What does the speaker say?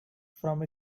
from